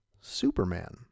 Superman